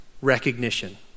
recognition